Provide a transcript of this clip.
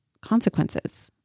consequences